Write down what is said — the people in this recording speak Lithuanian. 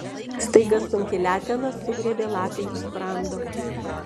staiga sunki letena sugriebė lapei už sprando